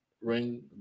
ring